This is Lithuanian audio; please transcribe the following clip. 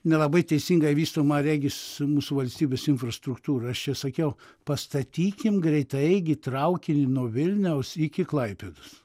nelabai teisingą visumą regis mūsų valstybės infrastruktūros čia sakiau pastatykim greitaeigį traukinį nuo vilniaus iki klaipėdos